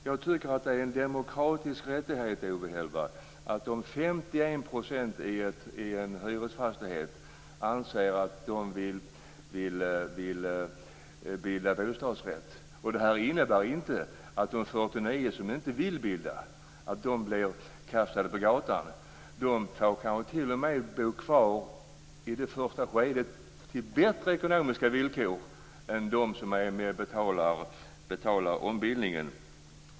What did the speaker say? Jag tycker att det är en demokratisk rättighet, Owe Hellberg, att om 51 % i en hyresfastighet anser att de vill bilda bostadsrätt skall de få göra det. Det innebär inte att de 49 % som inte vill bilda bostadsrätt blir kastade på gatan. De kanske t.o.m. i första skedet får bo kvar på bättre ekonomiska villkor än de som är med och betalar ombildningen.